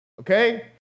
okay